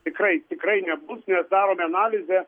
tikrai tikrai nebus nes darom analizę